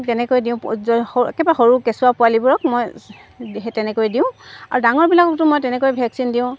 তেনেকৈ দিওঁ স একেবাৰে সৰু কেঁচুৱা পোৱালিবোৰক মই সেই তেনেকৈ দিওঁ আৰু ডাঙৰবিলাকতো মই তেনেকৈ ভেকচিন দিওঁ